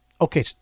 okay